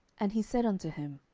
and he said unto him,